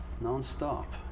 non-stop